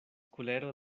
kulero